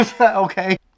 Okay